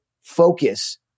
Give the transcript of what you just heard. focus